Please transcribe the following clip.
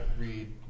read